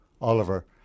Oliver